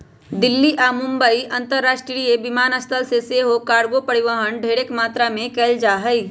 दिल्ली आऽ मुंबई अंतरराष्ट्रीय विमानस्थल से सेहो कार्गो परिवहन ढेरेक मात्रा में कएल जाइ छइ